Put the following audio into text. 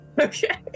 Okay